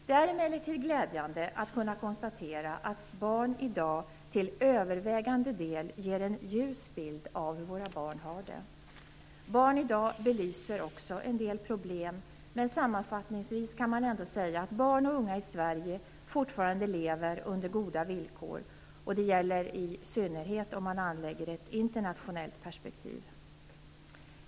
Det är emellertid glädjande att kunna konstatera att Barn idag, till övervägande del, ger en ljus bild av hur våra barn har det. Barn idag belyser också en del problem, men sammanfattningsvis kan man ändå säga att barn och unga i Sverige fortfarande lever under goda villkor. Det gäller i synnerhet om man anlägger ett internationellt perspektiv.